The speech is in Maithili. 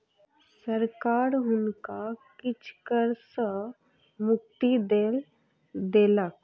सरकार हुनका किछ कर सॅ मुक्ति दय देलक